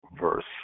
verse